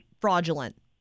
fraudulent